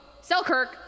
Selkirk